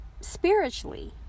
spiritually